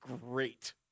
great